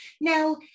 Now